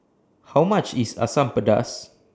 How much IS Asam Pedas